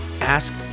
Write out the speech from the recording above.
ask